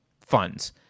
funds